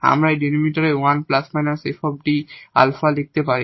আমরা এই ডিনোমিনেটরে 1 ± 𝐹𝐷 𝛼 লিখতে পারি